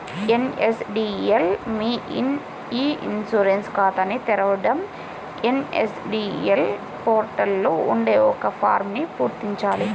NSDL మీ e insurance ఖాతాని తెరవడం ఎన్.ఎస్.డి.ఎల్ పోర్టల్ లో ఉండే ఒక ఫారమ్ను పూరించాలి